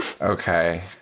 Okay